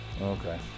okay